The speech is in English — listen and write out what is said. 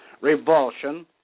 revulsion